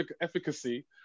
efficacy